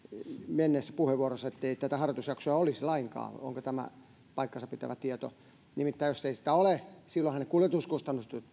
menneessä puheenvuorossa sen että harjoitusjaksoa ei olisi lainkaan onko tämä paikkansa pitävä tieto nimittäin jos ei sitä ole silloinhan myös ne kuljetuskustannukset